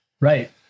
right